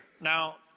Now